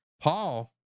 Paul